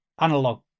analog